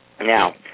Now